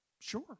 Sure